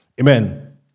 Amen